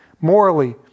morally